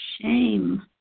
shame